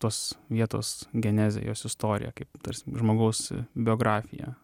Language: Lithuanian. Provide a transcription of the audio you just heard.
tos vietos genezę jos istoriją kaip tarsi žmogaus biografiją